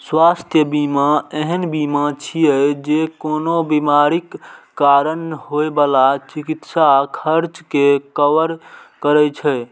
स्वास्थ्य बीमा एहन बीमा छियै, जे कोनो बीमारीक कारण होइ बला चिकित्सा खर्च कें कवर करै छै